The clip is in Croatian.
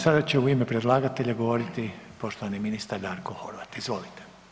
Sada će u ime predlagatelja govoriti poštovani ministar Darko Horvat, izvolite.